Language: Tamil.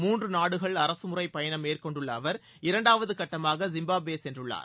மூன்று நாடுகள் அரகமுறைப் பயணம் மேற்கொண்டுள்ள அவர் இரண்டாவது கட்டமாக ஜிம்பாப்வே சென்றுள்ளார்